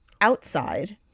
outside